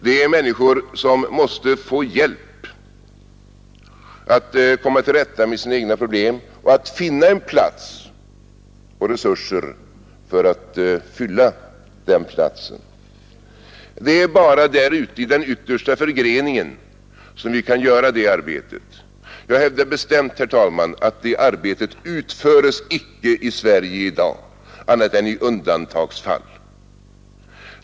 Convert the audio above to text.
Det är människor som måste få hjälp att komma till rätta med sina egna problem och att finna en plats och resurser för att fylla den platsen. Det är bara där ute i den yttersta förgreningen som vi kan göra det arbetet. Jag hävdar bestämt att det arbetet icke utföres i Sverige i dag annat än i undantagsfall.